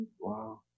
Wow